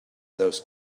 those